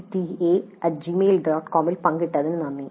com ൽ പങ്കിട്ടതിന് നന്ദി